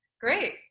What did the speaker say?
Great